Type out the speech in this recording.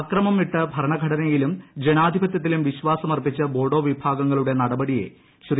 അക്രമം വിട്ട് ഭരണഘടനയിലും ജനാധിപതൃത്തിലും വിശ്വാസം അർപ്പിച്ച ബോഡോ വിഭാഗങ്ങളുടെ നടപടിയെ ശ്രീ